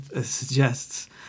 suggests